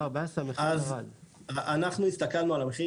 אנחנו הסתכלנו על המחירים,